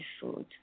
food